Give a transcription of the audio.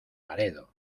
laredo